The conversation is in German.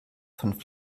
von